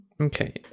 okay